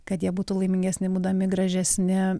kad jie būtų laimingesni būdami gražesni